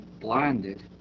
blinded